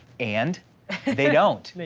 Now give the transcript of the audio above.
and they don't,